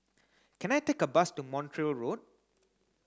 can I take a bus to Montreal Road